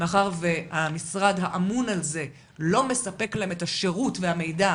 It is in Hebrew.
מאחר שהמשרד האמון על זה לא מספק למשרד החינוך